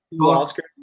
Oscar